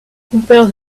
compare